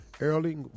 Early